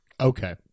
Okay